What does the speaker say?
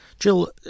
Jill